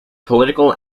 political